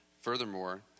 Furthermore